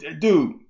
dude